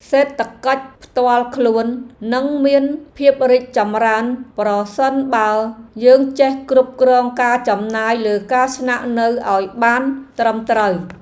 សេដ្ឋកិច្ចផ្ទាល់ខ្លួននឹងមានភាពរីកចម្រើនប្រសិនបើយើងចេះគ្រប់គ្រងការចំណាយលើការស្នាក់នៅឱ្យបានត្រឹមត្រូវ។